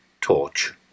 torch